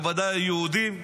בוודאי היהודים -- הי,